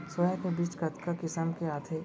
Soya के बीज कतका किसम के आथे?